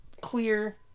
clear